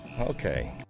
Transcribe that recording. okay